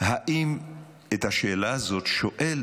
האם את השאלה הזאת שואל